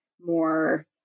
more